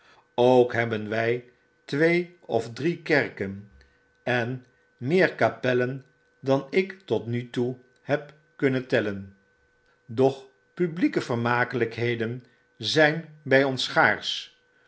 ook hebben wy twee of drie kerken en meer kapellen dan ik tot nu toe heb kunnen tellen doch publieke vermakelykheden zijn by ons schaarsch